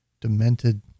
demented